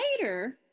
later